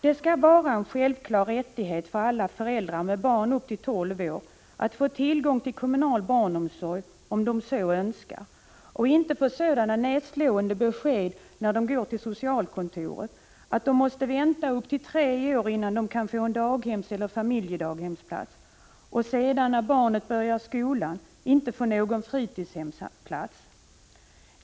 Det skall vara en självklar rättighet för alla föräldrar med barn upp till 12 år att få tillgång till kommunal barnomsorg, om de så önskar, och inte få sådana nedslående besked när de går till socialkontoret att de måste vänta upp till tre år, innan de kan få en daghemseller familjedaghemsplats, för att sedan när barnet börjar skolan inte få någon fritidshemsplats.